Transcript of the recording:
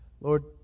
Lord